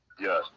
Yes